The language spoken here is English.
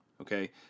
Okay